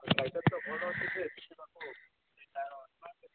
ସାଇକେଲ୍ଟା ଭଲ ଅଛି ଯେ ଟିକେନାକୁ ତା'ର